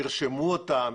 ירשמו אותן,